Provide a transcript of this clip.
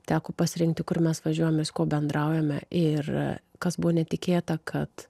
teko pasirinkti kur mes važiuojam su kuo bendraujame ir kas buvo netikėta kad